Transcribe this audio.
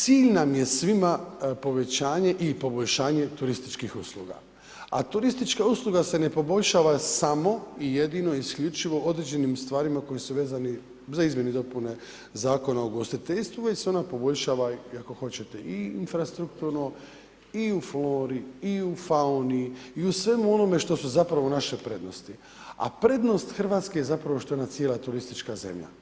Cilj nam je svima povećanje i poboljšanje turističkih usluga, a turistička usluga se ne poboljšava samo i jedino isključivo određenim stvarima kojim su vezani za izmjene i dopune Zakona o ugostiteljstvu jer se ona poboljšava i infrastrukturno i u flori i u fauni i u svemu onome što su zapravo naše prednosti, a prednost Hrvatske je zapravo što je ona cijela turistička zemlja.